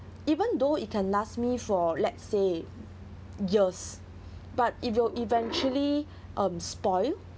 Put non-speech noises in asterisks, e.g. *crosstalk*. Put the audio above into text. even though it can last me for let's say years but it will eventually *breath* um spoil